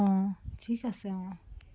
অঁ ঠিক আছে অঁ